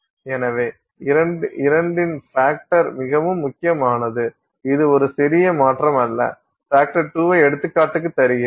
எனவே 2 இன் ஃபேக்டர் மிகவும் முக்கியமானது இது ஒரு சிறிய மாற்றம் அல்ல ஃபேக்டர் 2 ஐ ஒரு எடுத்துக்காட்டுக்கு தருகிறேன்